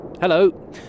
Hello